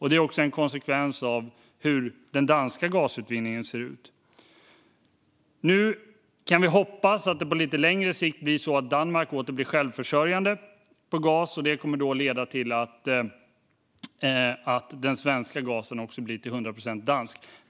Det är också en konsekvens av hur den danska gasutvinningen ser ut. Nu kan vi hoppas att det på lite längre sikt blir så att Danmark åter blir självförsörjande på gas. Det kommer då att leda till att den svenska gasen blir till 100 procent dansk.